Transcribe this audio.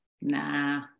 Nah